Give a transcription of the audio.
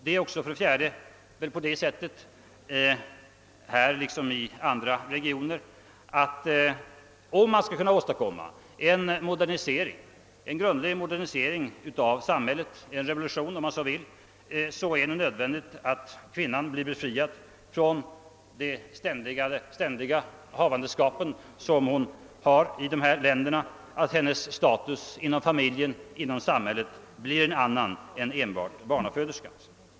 Det fjärde skälet slutligen är att det i Latinamerika som i andra regioner är nödvändigt om man skall kunna åstadkomma en grundlig modernisering av samhället, en revolution om man så vill, att kvinnan blir befriad från sina ständiga havandeskap och att hennes status inom familjen och samhället blir en annan än enbart barnaföderskans.